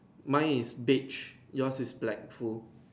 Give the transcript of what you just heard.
mine is beige yours is black full